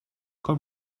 komm